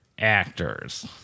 actors